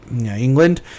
england